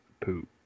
poop